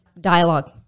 Dialogue